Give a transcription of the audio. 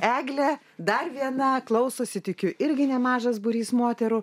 eglė dar viena klausosi tikiu irgi nemažas būrys moterų